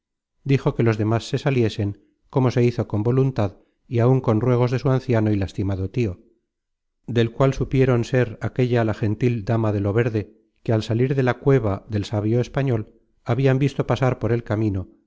dijo que los demas se saliesen como se hizo con voluntad y aun con ruegos de su anciano y lastimado tio del cual supieron ser aquella la gentil dama de lo verde que al salir de la cueva del sabio español habian visto pasar por el camino